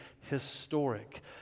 historic